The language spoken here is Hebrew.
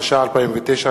התש"ע 2009,